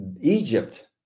egypt